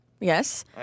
yes